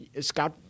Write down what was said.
Scott